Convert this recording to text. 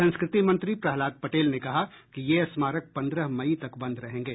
संस्कृति मंत्री प्रह्लाद पटेल ने कहा कि ये स्मारक पन्द्रह मई तक बंद रहेंगे